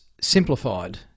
simplified